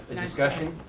discussion?